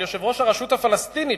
של יושב-ראש הרשות הפלסטינית,